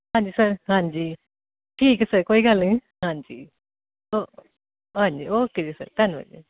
ਹਾਂਜੀ ਸਰ ਹਾਂਜੀ ਠੀਕ ਹੈ ਸਰ ਕੋਈ ਗੱਲ ਨਹੀਂ ਹਾਂਜੀ ਓ ਹਾਂਜੀ ਓਕੇ ਜੀ ਸਰ ਧੰਨਵਾਦ ਜੀ